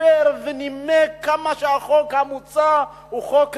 דיבר ונימק כמה החוק המוצע הוא חוק רע.